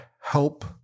help